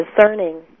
discerning